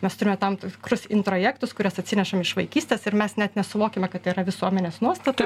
mes turime tam tikrus introjektus kuriuos atsinešam iš vaikystės ir mes net nesuvokiame kad tai yra visuomenės nuostata